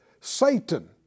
Satan